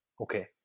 Okay